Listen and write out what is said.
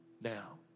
now